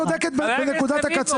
נקודת המוצא